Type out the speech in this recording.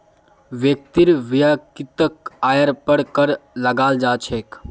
व्यक्तिर वैयक्तिक आइर पर कर लगाल जा छेक